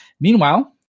Meanwhile